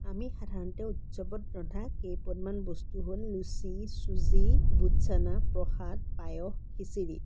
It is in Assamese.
আমি সাধাৰণতে উৎসৱত ৰন্ধা কেইপদমান বস্তু হ'ল লুচি চুজি বুট চানা প্ৰসাদ পায়স খিচিৰি